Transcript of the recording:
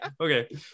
Okay